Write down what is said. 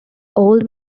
old